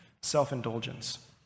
self-indulgence